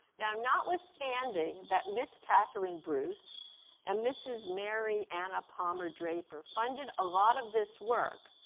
now notwithstanding that ms. katherine bruce and mrs. mary anna palmer draper funded a lot of this work,